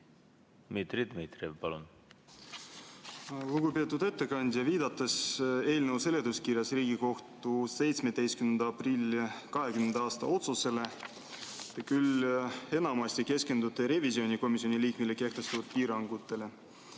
Dmitri Dmitrijev, palun! Lugupeetud ettekandja! Viidates eelnõu seletuskirjas Riigikohtu 17. aprilli 2020. aasta otsusele, te küll enamasti keskendute revisjonikomisjoni liikmele kehtestatud piirangutele.